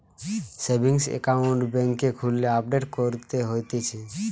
savings account বেংকে খুললে update করতে হতিছে